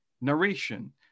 narration